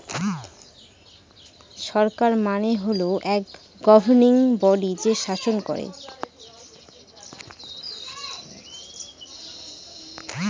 সরকার মানে হল এক গভর্নিং বডি যে শাসন করেন